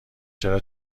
چرا